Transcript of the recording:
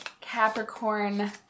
capricorn